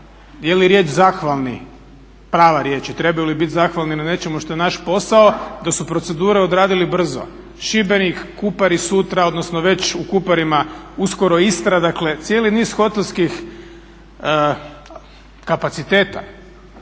da je riječ zahvalni prava riječ i trebaju li biti zahvalni na nečemu što je naš posao da su procedure odradili brzo. Šibenik, Kupari sutra odnosno već u Kuparima, uskoro Istra. Dakle, cijeli niz hotelskih kapaciteta